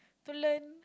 to learn